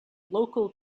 local